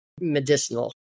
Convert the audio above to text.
medicinal